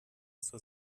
zur